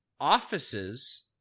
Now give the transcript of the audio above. offices